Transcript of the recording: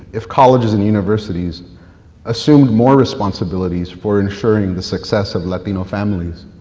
if colleges and universities assumed more responsibilities for ensuring the success of latino families.